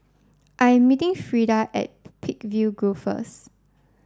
I am meeting Freeda at Peakville Grove first